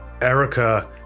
Erica